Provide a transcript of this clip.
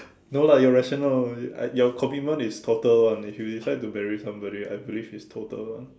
no lah you're rational you I your commitment is total one if you decide to bury somebody I believe is total one